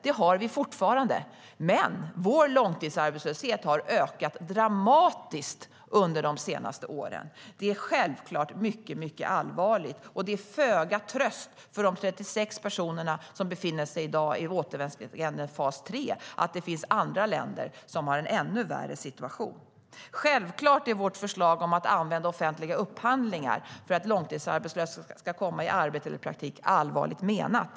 Det har vi fortfarande, men vår långtidsarbetslöshet har ökat dramatiskt under de senaste åren. Det är självklart mycket allvarligt. Det är föga tröst för de 36 000 personerna som befinner sig i återvändsgränden fas 3 att det finns länder där situationen är ännu värre. Självklart är vårt förslag att använda offentliga upphandlingar för att långtidsarbetslösa ska komma i arbete eller praktik allvarligt menat.